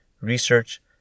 research